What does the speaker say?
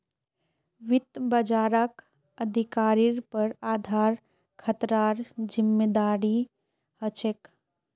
वित्त बाजारक अधिकारिर पर आधार खतरार जिम्मादारी ह छेक